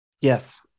Yes